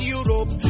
Europe